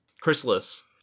chrysalis